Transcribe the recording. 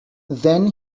then